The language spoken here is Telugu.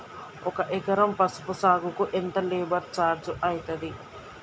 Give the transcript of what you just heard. ఒక ఎకరం పసుపు సాగుకు ఎంత లేబర్ ఛార్జ్ అయితది?